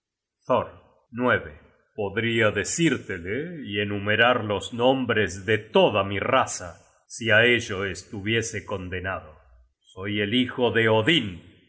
thor podria decírtele y enumerar los nombres de toda mi raza si á ello estuviese condenado soy el hijo de odin el